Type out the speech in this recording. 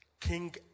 King